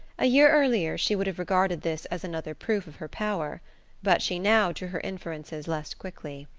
a year earlier she would have regarded this as another proof of her power but she now drew her inferences less quickly.